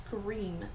scream